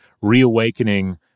reawakening